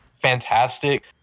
fantastic